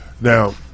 Now